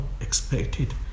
expected